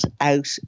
out